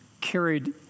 carried